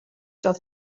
doedd